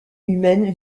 humaine